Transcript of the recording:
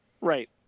Right